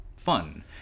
Fun